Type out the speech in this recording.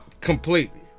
Completely